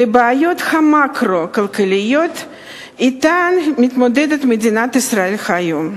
לבעיות המקרו-כלכליות שאתן מתמודדת מדינת ישראל היום.